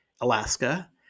Alaska